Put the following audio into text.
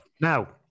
Now